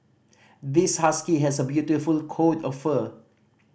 this husky has a beautiful coat of fur